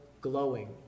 glowing